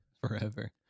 forever